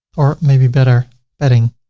or maybe better padding.